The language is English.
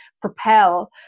propel